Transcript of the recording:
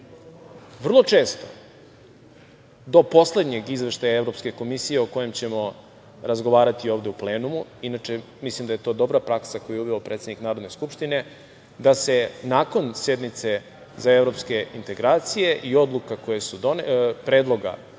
Vrlo često do poslednjeg izveštaja Evropske komisije, o kojem ćemo razgovarati ovde u plenumu, inače mislim da je to dobra praksa koju je uveo predsednik Narodne skupštine, da se nakon sednice za evropske integracije i predloga